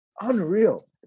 unreal